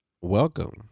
welcome